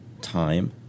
time